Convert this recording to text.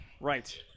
Right